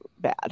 bad